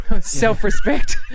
Self-respect